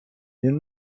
він